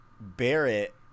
barrett